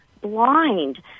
blind